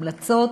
המלצות